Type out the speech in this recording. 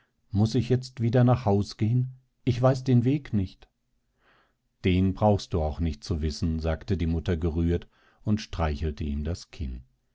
muß ich jetzt wieder nach haus gehen ich weiß den weg nicht den brauchst du auch nicht zu wissen sagte die mutter gerührt und streichelte ihm das kinn